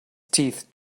teeth